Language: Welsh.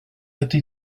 ydy